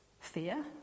Fear